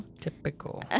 Typical